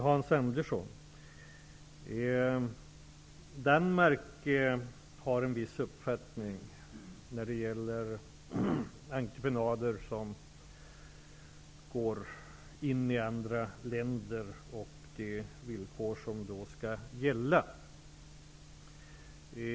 Hans Andersson, Danmark har en viss uppfattning när det gäller entreprenader som går in i andra länder och de villkor som då skall gälla.